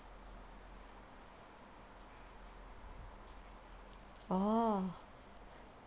orh